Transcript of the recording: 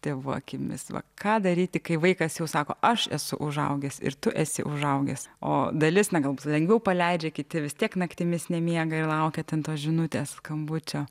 tėvų akimis va ką daryti kai vaikas jau sako aš esu užaugęs ir tu esi užaugęs o dalis na galbūt lengviau paleidžia kiti vis tiek naktimis nemiega ir laukia ten tos žinutės skambučio